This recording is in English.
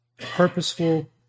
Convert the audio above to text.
purposeful